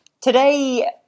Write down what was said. Today